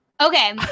Okay